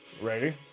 Ready